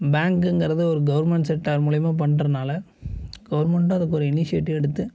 பேங்க்குங்கிறது ஒரு government sector மூலியமாக பண்றதனால கவர்மெண்ட் அதுக்கு ஒரு இனிஷியேட் எடுத்து